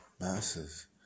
masses